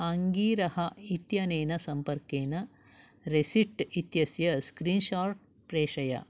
आङ्गीरः इत्यनेन सम्पर्केन रेसिप्ट् इत्यस्य स्क्रीन्शाट् प्रेषय